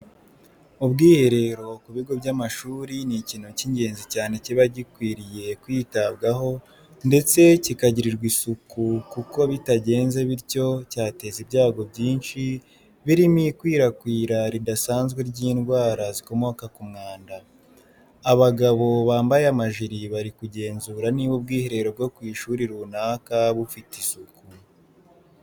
Ubwiherero ku bigo by'amashuri ni ikintu cy'ingenzi cyane kiba gikwiriye kwitabwaho ndetse kigakirirwa isuku kuko bitagenze bityo cyateza ibyago byinshi birimo ikwirakwira ridasanzwe ry'indwara zikomoka ku mwanda. Abagabo bambaye amajiri bari kugemzura niba ubwiherero bwo ku ishuri runaka bufite isuku.